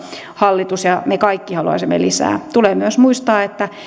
hallitus ja me kaikki haluaisimme lisää tulee myös muistaa että